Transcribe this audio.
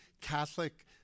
Catholic